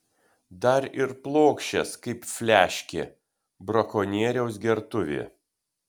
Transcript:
dar ir plokščias kaip fliaškė brakonieriaus gertuvė